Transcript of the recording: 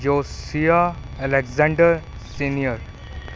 Josiah Alexander senior